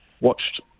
watched